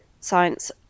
Science